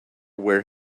where